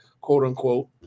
quote-unquote